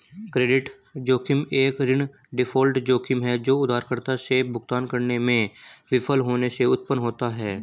credit जोखिम एक ऋण डिफ़ॉल्ट जोखिम है जो उधारकर्ता से भुगतान करने में विफल होने से उत्पन्न होता है